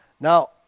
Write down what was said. Now